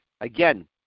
again